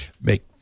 Make